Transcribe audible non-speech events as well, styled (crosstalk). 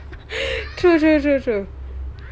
(laughs) true true true true